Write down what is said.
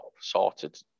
sorted